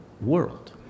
world